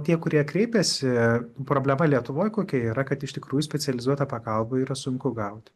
tie kurie kreipiasi problema lietuvoj kokia yra kad iš tikrųjų specializuotą pagalbą yra sunku gauti